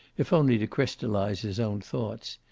if only to crystallize his own thoughts.